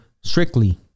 strictly